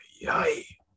yay